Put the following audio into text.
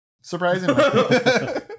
surprisingly